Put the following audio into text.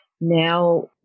now –